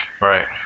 Right